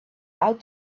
out